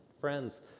friends